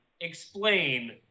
explain